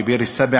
פי ביר א-סבע,